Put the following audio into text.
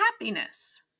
happiness